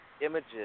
Images